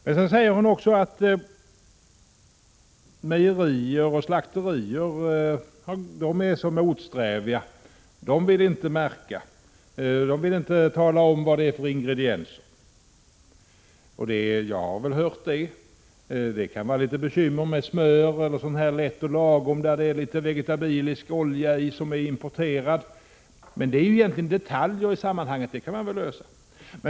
Men hon säger också att mejerier och slakterier är motsträviga och att de inte vill märka sina produkter och tala om vad de innehåller för ingredienser. Det kan vara litet bekymmer med t.ex. Lätt & Lagom, som innehåller vegetabilisk olja som är importerad. Men det är egentligen detaljer i sammanhanget. Det kan man väl lösa.